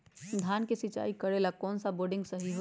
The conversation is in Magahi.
धान के सिचाई करे ला कौन सा बोर्डिंग सही होई?